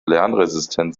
lernresistent